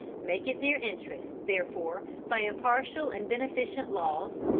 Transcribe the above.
make it their interest, therefore, by impartial and beneficent laws,